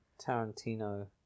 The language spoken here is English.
Tarantino